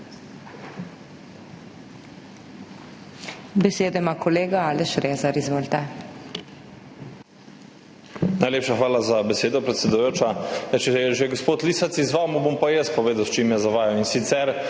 Besedo ima kolega Aleš Rezar. Izvolite.